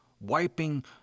wiping